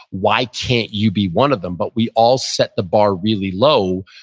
why can't you be one of them? but we all set the bar really low,